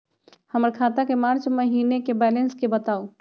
हमर खाता के मार्च महीने के बैलेंस के बताऊ?